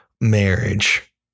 marriage